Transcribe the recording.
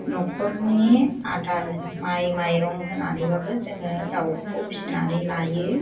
न'खरनि आदार माइ माइरं होनानैबाबो जोङो दाउखौ फिसिनानै लायो